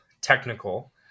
technical